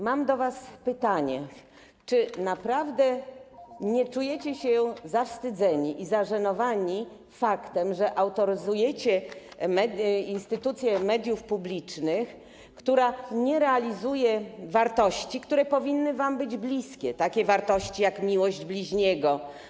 Mam do was pytanie: Czy naprawdę nie czujecie się zawstydzeni i zażenowani faktem, że autoryzujecie instytucję mediów publicznych, która nie realizuje wartości, które powinny wam być bliskie, takie wartości jak miłość bliźniego.